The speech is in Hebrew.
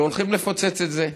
והולכים לפוצץ את זה.